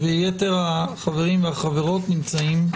ויתר החברים והחברות נמצאים בזום.